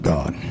God